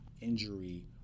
injury